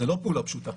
זו לא פעולה פשוטה.